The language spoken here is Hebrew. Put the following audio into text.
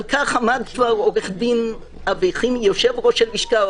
על כך עמד כבר עו"ד אבי חימי, יושב-ראש הלשכה.